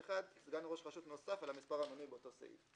15א1 סגן ראש רשות נוסף על המספר המנוי באותו סעיף.